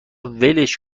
ولش